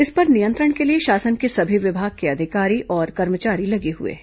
इस पर नियंत्रण के लिए शासन के सभी विभाग के अधिकारी और कर्मचारी लगे हुए हैं